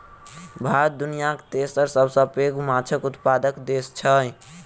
भारत दुनियाक तेसर सबसे पैघ माछक उत्पादक देस छै